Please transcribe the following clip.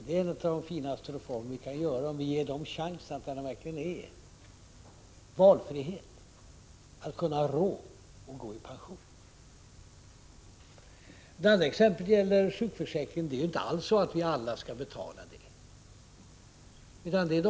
Det är en av de finaste reformer vi kan genomföra, om vi ger dem chans till valfrihet så att de, när de verkligen behöver, har råd att gå i pension. Det andra exemplet gäller sjukförsäkringen. Det är inte alls så att vi alla skall betala den förändringen.